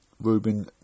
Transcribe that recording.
Rubin